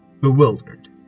bewildered